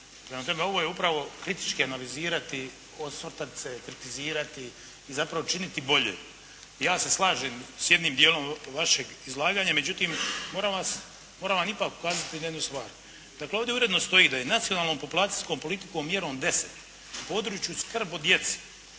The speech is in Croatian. ovo je upravo kritički analizirati, osvrtati se, kritizirati, i zapravo činiti bolje. Ja se slažem s jednim dijelom vašeg izlaganja, no međutim moram vam ipak ukazati na jednu stvar. Dakle, ovdje uredno stoji da je nacionalnom populacijskom politikom mjerom 10. u području skrb o djeci